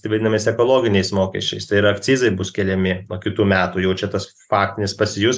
taip vadinamais ekologiniais mokesčiais tai yra akcizai bus keliami nuo kitų metų biudžetas faktinis pasijus